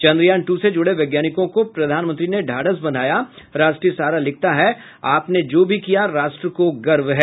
Chandrayaan two से जुड़े वैज्ञानिकों को प्रधानमंत्री ने ढांढस बंधया राष्ट्रीय सहारा लिखता है आपने जो भी किया राष्ट्र को गर्व है